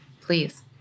Please